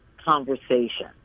conversation